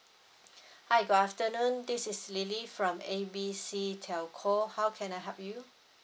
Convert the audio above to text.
hi good afternoon this is lily from A B C telco how can I help you